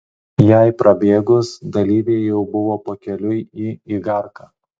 jai prabėgus dalyviai jau buvo pakeliui į igarką